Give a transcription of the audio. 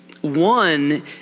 One